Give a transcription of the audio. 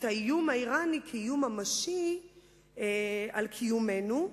את האיום האירני כאיום ממשי על קיומנו,